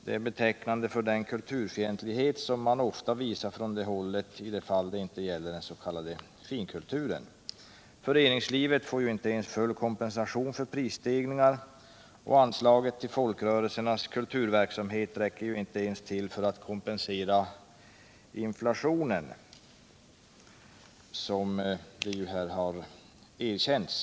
Det är betecknande för den kulturfientlighet som ofta visas från det hållet i de fall det inte gäller den s.k. finkulturen. Föreningslivet får inte ens full kompensation för prisstegringar, och anslaget till folkrörelsernas kulturverksamhet räcker inte ens till för att kompensera inflationen, vilket här har erkänts.